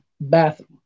bathroom